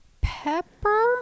Pepper